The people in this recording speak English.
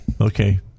Okay